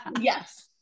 yes